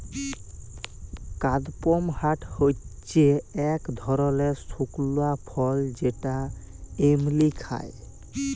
কাদপমহাট হচ্যে ইক ধরলের শুকলা ফল যেটা এমলি খায়